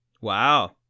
Wow